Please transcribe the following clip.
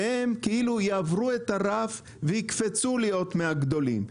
שהם כאילו יעברו את הרף ויקפצו להיות מהגדולים,